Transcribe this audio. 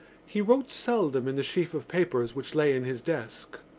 he wrote seldom in the sheaf of papers which lay in his desk.